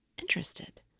interested